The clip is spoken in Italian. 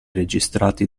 registrati